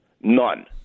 None